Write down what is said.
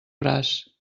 braç